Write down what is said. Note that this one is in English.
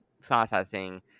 processing